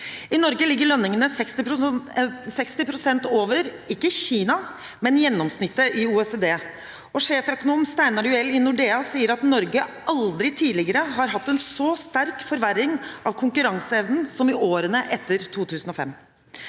I Norge ligger lønningene 60 pst. over – ikke Kina, men gjennomsnittet i OECD, og sjeføkonom Steinar Juel i Nordea sier at Norge aldri tidligere har hatt en så sterk forverring av konkurranseevnen som i årene etter 2005.